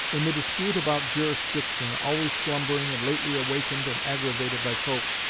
in the dispute about jurisdiction, always slumbering and lately awakened and aggravated by coke,